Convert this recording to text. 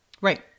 Right